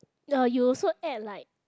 uh you also add like